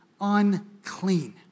unclean